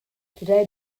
today